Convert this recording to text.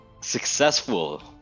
successful